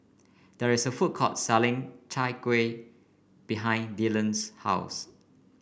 there is a food court selling Chai Kueh behind Dyllan's house